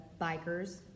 bikers